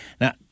Now